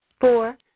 Four